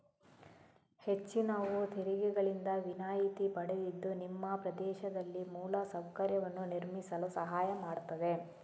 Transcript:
ಹೆಚ್ಚಿನವು ತೆರಿಗೆಗಳಿಂದ ವಿನಾಯಿತಿ ಪಡೆದಿದ್ದು ನಿಮ್ಮ ಪ್ರದೇಶದಲ್ಲಿ ಮೂಲ ಸೌಕರ್ಯವನ್ನು ನಿರ್ಮಿಸಲು ಸಹಾಯ ಮಾಡ್ತದೆ